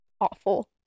awful